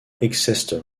exeter